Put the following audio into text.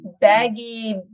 baggy